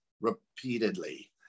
repeatedly